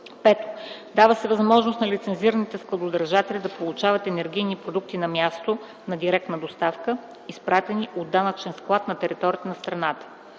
5. Дава се възможност на лицензираните складодържатели да получават енергийни продукти на място на директна доставка, изпратени от данъчен склад на територията на страната.